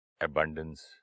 abundance